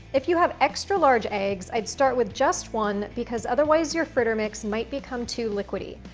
if you have extra large eggs, i'd start with just one because, otherwise, your fritter mix might become too liquidy,